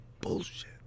bullshit